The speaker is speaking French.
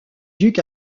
duc